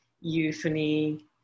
euphony